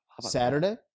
Saturday